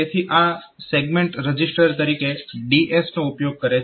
તેથી આ segment register તરીકે DS નો ઉપયોગ કરે છે